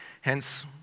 hence